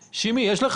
שימי, יש לך